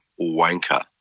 wanker